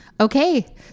Okay